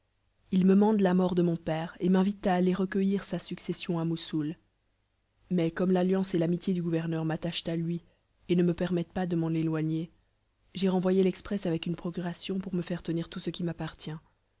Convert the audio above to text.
ils me mandent la mort de mon père et m'invitent à aller recueillir sa succession à moussoul mais comme l'alliance et l'amitié du gouverneur m'attachent à lui et ne me permettent pas de m'en éloigner j'ai renvoyé l'exprès avec une procuration pour me faire tenir tout ce qui m'appartient